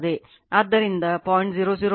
ಆದ್ದರಿಂದ 0